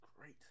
great